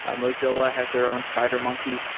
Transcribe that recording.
ah mozilla has their own, spidermonkey.